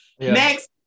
Next